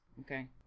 okay